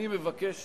אני מבקש